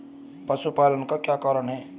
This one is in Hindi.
पशुपालन का क्या कारण है?